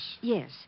Yes